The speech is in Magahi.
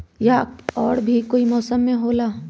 या और भी कोई मौसम मे भी होला?